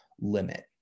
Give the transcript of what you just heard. limit